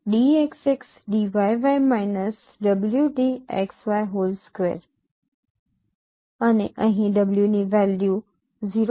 અને અહીં 'w' ની વેલ્યુ 0